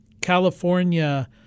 California